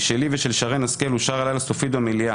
שלי ושל שרן השכל, אושר הלילה סופית במליאה.